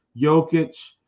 Jokic